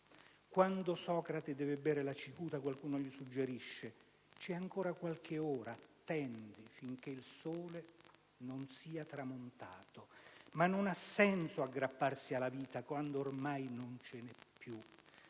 Quando Socrate deve bere la cicuta, qualcuno gli suggerisce: "C'è ancora qualche ora, attendi finché il sole non sia tramontato". Ma non ha senso aggrapparsi alla vita quando ormai non ce n'è più.